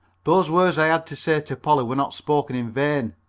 those words i had to say to polly were not spoken in vain.